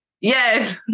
Yes